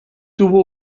tuvo